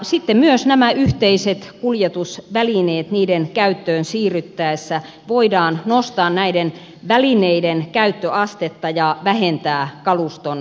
sitten myös näiden yhteisten kuljetusvälineiden käyttöön siirryttäessä voidaan nostaa näiden välineiden käyttöastetta ja vähentää kaluston määrää